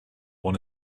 one